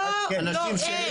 אנשים שלי?